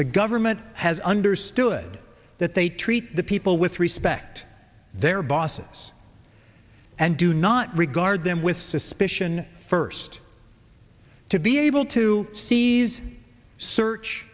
the government has understood that they treat the people with respect their boss and do not regard them with suspicion first to be able to seize search